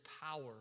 power